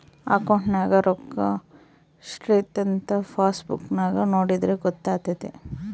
ಅಕೌಂಟ್ನಗ ರೋಕ್ಕಾ ಸ್ಟ್ರೈಥಂಥ ಪಾಸ್ಬುಕ್ ನಾಗ ನೋಡಿದ್ರೆ ಗೊತ್ತಾತೆತೆ